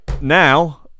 now